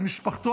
את משפחתו,